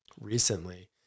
recently